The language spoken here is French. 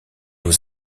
aux